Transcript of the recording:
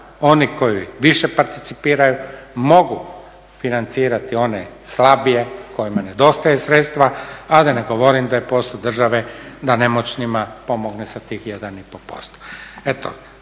oni koji više participiraju mogu financirati one slabije kojima nedostaje sredstva, a da ne govorim da je posao države da nemoćnima pomogne sa tih 1,5%.